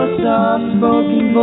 soft-spoken